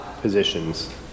positions